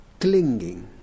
clinging